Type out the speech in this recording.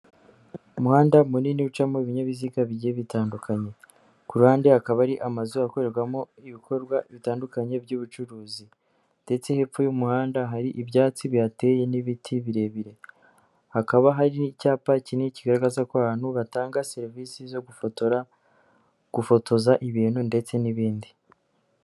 Umuhanda munini ucamo ibinyabiziga bigiye bitandukanye ku ruhande hakaba hari amazu akorerwamo ibikorwa bitandukanye by'ubucuruzi ndetse hepfo y'umuhanda hari ibyatsi bihateye n'ibiti birebire, hakaba hari n'icyapa kinini kigaragaza ko ari ahantu batanga serivisi zo gufotora, gufotoza ibintu ndetse n'ibindi.